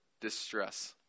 distress